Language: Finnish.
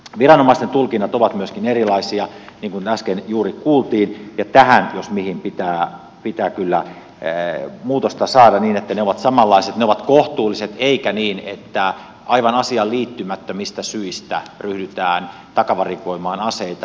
viranomaisten tulkinnat ovat myöskin erilaisia niin kuin äsken juuri kuultiin ja näihin jos mihin pitää kyllä muutosta saada niin että ne ovat samanlaiset ne ovat kohtuulliset eikä niin että aivan asiaan liittymättömistä syistä ryhdytään takavarikoimaan aseita